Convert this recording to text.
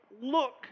look